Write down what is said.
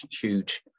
huge